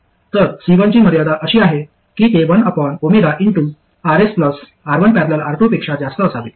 तर C1 ची मर्यादा अशी आहे की ते 1RsR1।।R2 पेक्षा जास्त असावे